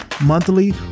monthly